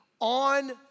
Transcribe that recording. on